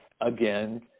again